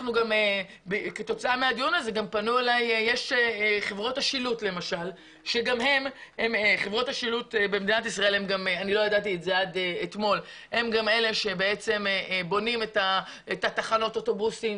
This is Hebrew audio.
יש את חברות השילוט למשל והן גם אלה שבונות את תחנות האוטובוסים.